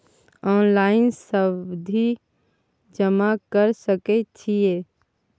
Online सावधि जमा कर सके छिये?